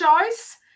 choice